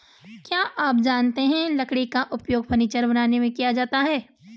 क्या आप जानते है लकड़ी का उपयोग फर्नीचर बनाने में किया जाता है?